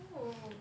oh